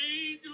angel